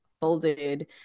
folded